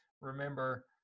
remember